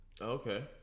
Okay